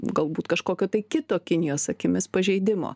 galbūt kažkokio tai kito kinijos akimis pažeidimo